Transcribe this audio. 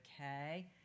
okay